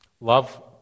Love